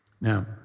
Now